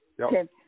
Okay